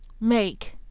make